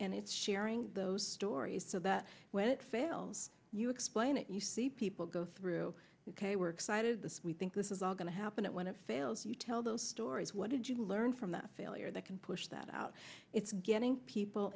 and it's sharing those stories so that when it fails you explain it you see people go through ok we're excited that we think this is all going to happen and when it fails you tell those stories what did you learn from failure that can push that out it's getting people